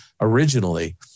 originally